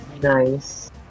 Nice